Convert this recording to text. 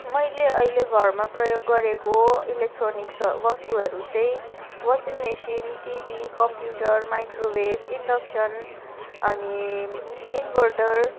मैले अहिले घरमा प्रयोग गरेको इलेक्ट्रोनिक्स वस्तुहरू चाहिँ washing machine TV computer microwave induction अनि इनभर्टर